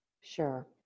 Sure